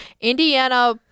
indiana